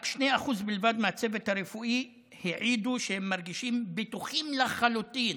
רק 2% בלבד מהצוות הרפואי העידו שהם מרגישים בטוחים לחלוטין.